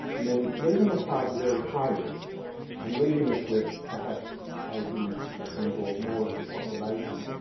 and then leaving aside the very high risk and leaving us with perhaps eighty percent or more of the population,